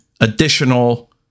additional